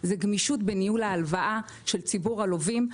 זה גמישות בניהול ההלוואה של ציבור הלווים.